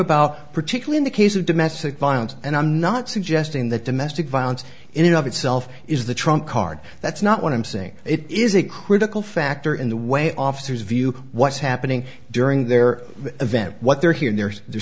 about particularly in the case of domestic violence and i'm not suggesting that domestic violence in and of itself is the trump card that's not what i'm saying it is a critical factor in the way officers view what's happening during their event what they're hearing there's they're